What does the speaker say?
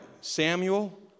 Samuel